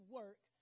work